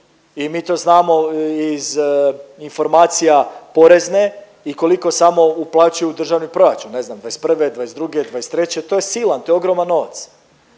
I mi to znamo iz informacija porezne i koliko samo uplaćuju u državni proračun ne znam '21., '22., '23. to je silan, to je ogroman novac.